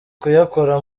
kuyakora